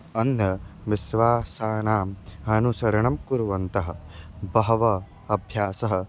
अन्धविश्वासानाम् अनुसरणं कुर्वन्तः बहवः अभ्यासः